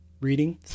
reading